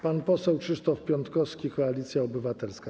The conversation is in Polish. Pan poseł Krzysztof Piątkowski, Koalicja Obywatelska.